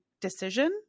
decision